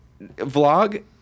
vlog